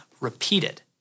repeated